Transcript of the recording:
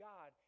God